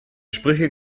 sprüche